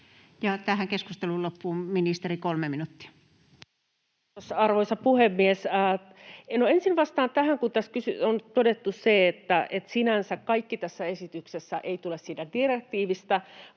lakien muuttamisesta Time: 18:05 Content: Arvoisa puhemies! Ensin vastaan tähän, kun tässä on todettu se, että sinänsä kaikki tässä esityksessä ei tule siitä direktiivistä